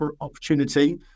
opportunity